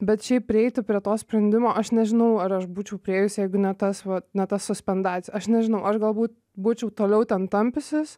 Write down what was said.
bet šiaip prieiti prie to sprendimo aš nežinau ar aš būčiau priėjusi jeigu ne tas vat ne tas suspendacija aš nežinau aš galbūt būčiau toliau ten tampiusis